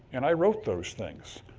and i wrote those things.